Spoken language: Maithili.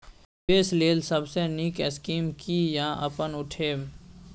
निवेश लेल सबसे नींक स्कीम की या अपन उठैम?